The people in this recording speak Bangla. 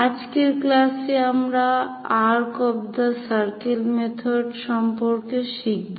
আজকের ক্লাসে আমরা arc of the circle method সম্পর্কে শিখব